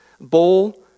bowl